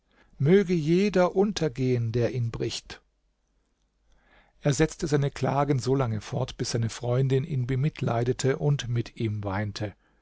möge jeder untergehen der ihn bricht er setzte seine klagen solange fort bis seine freundin ihn bemitleidete und mit ihm weinte